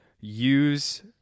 use